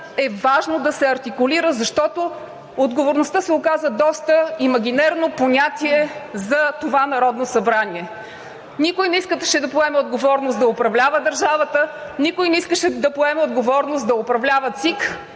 е важно да се артикулира, защото отговорността се оказа доста имагинерно понятие за това Народно събрание – никой не искаше да поеме отговорност да управлява държавата, никой не искаше да поеме отговорност да управлява ЦИК,